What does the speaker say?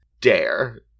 dare